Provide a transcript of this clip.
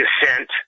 descent